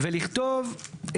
ולכתוב,